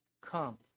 come